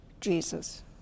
Jesus